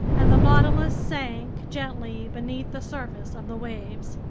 and the nautilus sank gently beneath the surface of the waves.